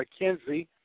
McKenzie